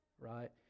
right